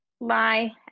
lie